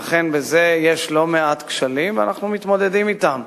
ואכן בזה יש לא מעט כשלים ואנחנו מתמודדים אתם.